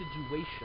situation